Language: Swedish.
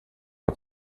att